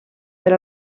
per